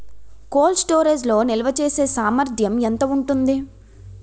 Cold storage లో నిల్వచేసేసామర్థ్యం ఎంత ఉంటుంది?